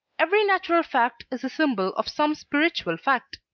every natural fact is a symbol of some spiritual fact.